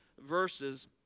verses